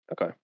okay